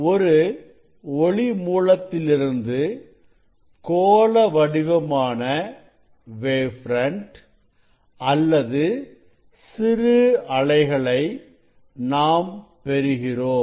ஒரு ஒளி மூலத்திலிருந்து கோள வடிவமான வேவ் ஃப்ரண்ட் அல்லது சிறுஅலைகளை நாம் பெறுகிறோம்